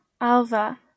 Alva